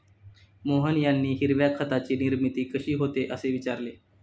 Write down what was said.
मोहन यांनी हिरव्या खताची निर्मिती कशी होते, असे विचारले